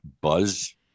Buzz